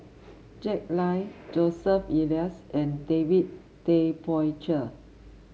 Jack Lai Joseph Elias and David Tay Poey Cher